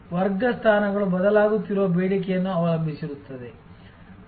ವರ್ಗ ಸ್ಥಾನಗಳು ಬದಲಾಗುತ್ತಿರುವ ಬೇಡಿಕೆಯನ್ನು ಅವಲಂಬಿಸಿರುತ್ತದೆ